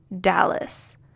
Dallas